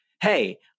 Hey